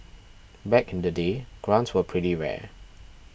back in the day grants were pretty rare